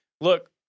Look